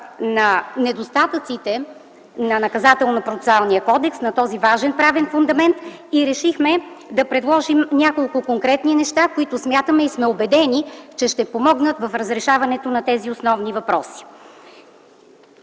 на недостатъците на Наказателно-процесуалния кодекс, на този важен правен фундамент, и решихме да предложим няколко конкретни неща, които сме убедени, че ще помогнат в разрешаването на тези основни въпроси.